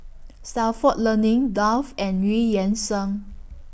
Stalford Learning Dove and EU Yan Sang